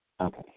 Okay